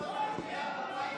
זה 40 חתימות על הבית ברעננה.